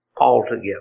altogether